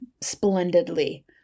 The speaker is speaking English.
splendidly